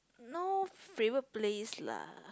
no favourite place lah